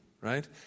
right